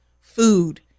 food